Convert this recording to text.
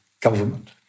government